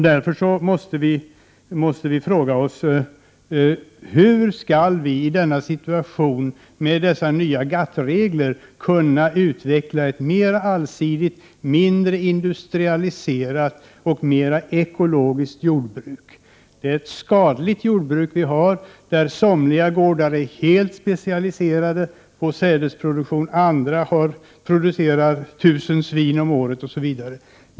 Därför måste vi fråga oss: Hur skall vi i denna situation, med dessa nya GATT-regler, kunna utveckla ett mera allsidigt, mindre industrialiserat och mera ekologiskt jordbruk? Det är ett skadligt jordbruk vi har. Somliga gårdar är helt specialiserade på sädesproduktion, medan andra producerar 1 000 svin om året, osv.